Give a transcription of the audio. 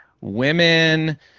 women